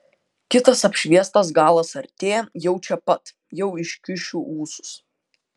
kitas apšviestas galas artėja jau čia pat jau iškišiu ūsus